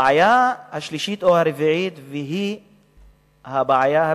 הבעיה השלישית או הרביעית היא הבעיה הבסיסית,